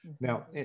Now